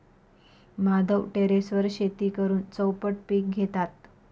माधव टेरेसवर शेती करून चौपट पीक घेतात